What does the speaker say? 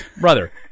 Brother